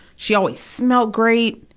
she always smelled great.